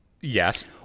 Yes